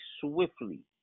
swiftly